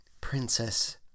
princess